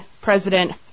President